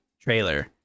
trailer